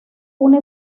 una